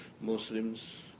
Muslims